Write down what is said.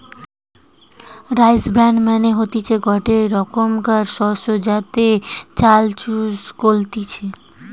rice bran মানে হতিছে গটে রোকমকার শস্য যাতে চাল চুষ কলতিছে